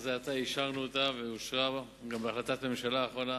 שאך זה עתה אישרנו אותם, גם בהחלטת ממשלה אחרונה.